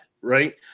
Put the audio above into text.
right